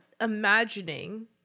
imagining